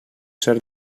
ser